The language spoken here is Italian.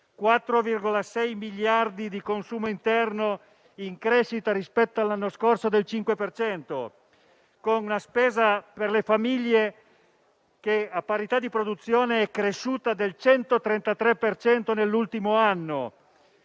4,6 miliardi di consumo interno, in crescita rispetto all'anno scorso del 5 per cento, e con una spesa per le famiglie che, a parità di produzione, è cresciuta del 133 per cento nell'ultimo anno.